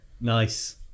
Nice